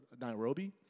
Nairobi